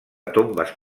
tombes